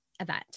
event